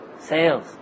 sales